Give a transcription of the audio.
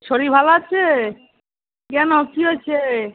শরীর ভালো আছে কেন কী হয়েছে